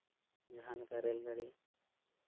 ᱡᱟᱦᱟᱸ ᱞᱮᱠᱟ ᱨᱮᱹᱞ ᱜᱟᱹᱰᱤ